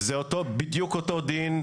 זה בדיוק אותו דין,